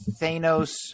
Thanos